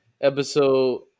episode